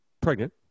pregnant